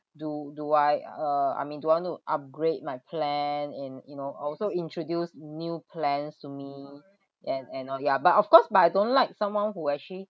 do do I uh I mean do I need upgrade my plan in you know also introduced new plans to me and and all ya but of course but I don't like someone who actually